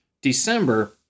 December